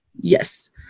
Yes